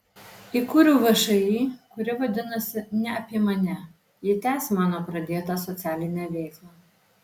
įkūriau všį kuri vadinasi ne apie mane ji tęs mano pradėtą socialinę veiklą